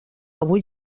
avui